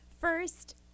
first